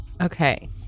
Okay